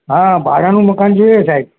હા ભાડાનું મકાન જોઈએ સાહેબ